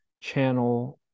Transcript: channel